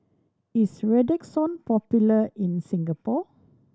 is Redoxon popular in Singapore